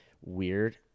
weird